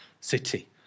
city